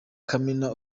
kamena